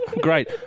great